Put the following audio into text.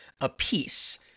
apiece